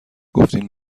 گفتین